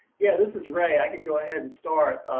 yeah. this is ray. i can go ahead and start.